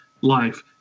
life